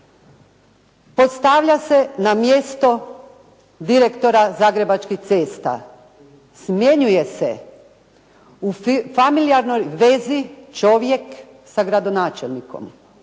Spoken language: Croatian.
postavlja se na mjesto direktora Zagrebačkih cesta. Smjenjuje se u familijarnoj vezi čovjek sa gradonačelnikom.